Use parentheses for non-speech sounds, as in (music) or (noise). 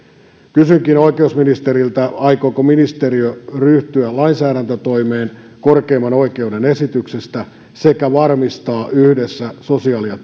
kysynkin oikeusministeriltä aikooko ministeriö ryhtyä lainsäädäntötoimeen korkeimman oikeuden esityksestä sekä varmistaa yhdessä sosiaali ja (unintelligible)